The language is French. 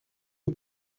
aux